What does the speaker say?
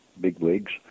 bigwigs